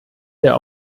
der